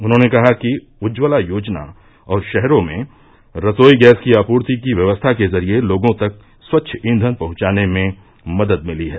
उन्होंने कहा कि उज्ज्वला योजना और शहरों में रसोई गैस की आपूर्ति की व्यवस्था के जरिये लोगों तक स्वच्छ ईधन पहंचाने में मदद मिली है